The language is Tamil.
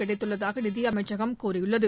கிடைத்துள்ளதாக நிதியமைச்சகம் கூறியுள்ளது